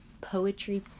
poetry